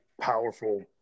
powerful